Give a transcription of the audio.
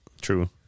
True